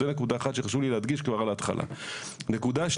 זו נקודה אחת שחשוב לי להדגיש כבר על ההתחלה.